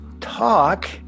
Talk